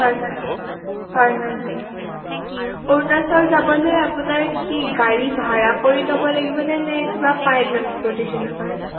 হয় হয় হয় হয় অৰুণাচল যাবলৈ আপোনাৰ কি গাড়ী ভাড়া কৰি ল'ব লাগিবনেে নে কিবা পায় ট্ৰান্সপৰ্টেশ্বনৰ কাৰণে